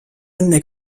õnne